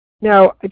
Now